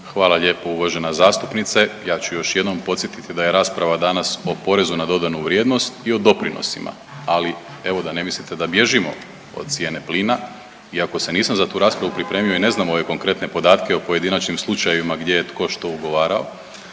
Hvala lijepa uvažena zastupnice. Ja ću još jednom podsjetiti da je rasprava danas o porezu na dodanu vrijednost i o doprinosima, ali evo da ne mislite da bježimo od cijene plina iako se nisam za tu raspravu pripremio i ne znam ove konkretne podatke o pojedinačnim slučajevima gdje je tko što ugovarao,